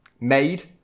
made